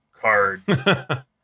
card